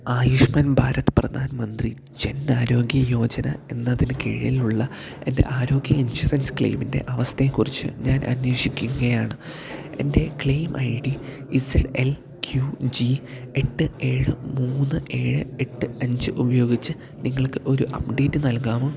ആയുഷ്മാൻ ഭാരത് പ്രധാൻ മന്ത്രി ജൻ ആരോഗ്യ യോജന എന്നതിനു കീഴിലുള്ള എന്റെ ആരോഗ്യ ഇൻഷുറൻസ് ക്ലെയ്മിന്റെ അവസ്ഥയെക്കുറിച്ച് ഞാൻ അന്വേഷിക്കുകയാണ് എന്റെ claim I D Z L Q G എട്ട് ഏഴ് മൂന്ന് ഏഴ് എട്ട് അഞ്ച് ഉപയോഗിച്ച് നിങ്ങൾക്ക് ഒരു അപ്ഡേറ്റ് നൽകാമോ